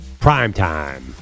Primetime